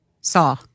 Saw